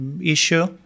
issue